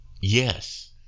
Yes